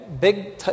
Big